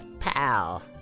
pal